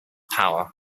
power